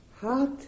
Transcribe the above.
heart